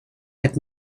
but